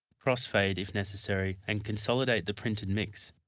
cross fade if necessary and consolidate the printed mix.